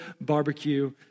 barbecue